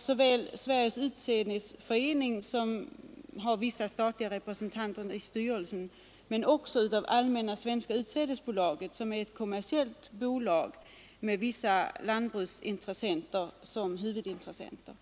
såväl av Sveriges Nr 87 utsädesförening, med vissa statliga representanter i styrelsen, som av Tisdagen den Allmänna svenska utsädesbolaget, som är ett kommersiellt bolag med 21 maj 1974 vissa lantbrukarsammanslutningar som huvudintressenter.